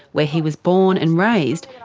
where he was born and raised,